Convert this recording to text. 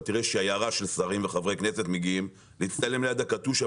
אתה תראה שיירה של שרים וחברי כנסת מגיעים להצטלם ליד הקטיושה,